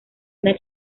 una